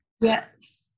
Yes